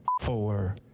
four